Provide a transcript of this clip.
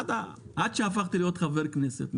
עד שהפכתי להיות חבר כנסת,